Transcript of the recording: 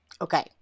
Okay